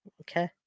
Okay